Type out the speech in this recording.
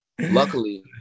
Luckily